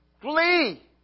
Flee